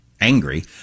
angry